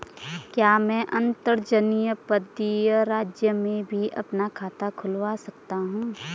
क्या मैं अंतर्जनपदीय राज्य में भी अपना खाता खुलवा सकता हूँ?